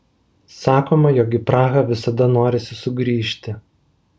sakoma jog į prahą visada norisi sugrįžti